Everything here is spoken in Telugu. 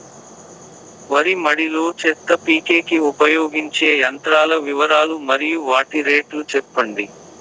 వరి మడి లో చెత్త పీకేకి ఉపయోగించే యంత్రాల వివరాలు మరియు వాటి రేట్లు చెప్పండి?